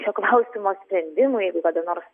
šio klausimo sprendimui jeigu kada nors